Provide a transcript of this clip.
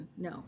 No